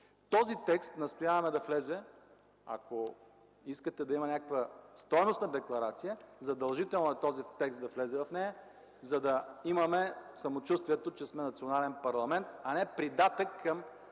този текст да влезе, ако искате да имаме някаква стойностна декларация. Задължително е този текст да влезе в нея, за да имаме самочувствието, че сме национален парламент, а не придатък към